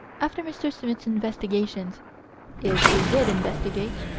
after mr. smith's investigations if he did investigate,